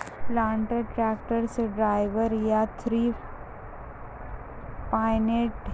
planter tractor से drawbar या three point